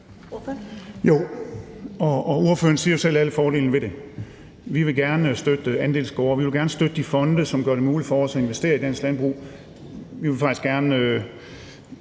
Ordføreren nævner jo selv alle fordelene ved det. Vi vil gerne støtte andelsgårde, og vi vil gerne støtte de fonde, som gør det muligt for os at investere i dansk landbrug, og vi vil faktisk gerne